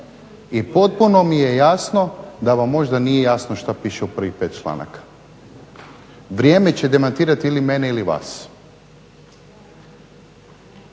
I potpuno mi je jasno da vam možda nije jasno što piše u prvih 5 članaka. Vrijeme će demantirati ili mene ili vas.